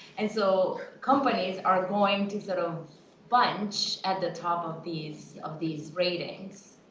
and so companies are going to sort of bunch at the top of these of these ratings.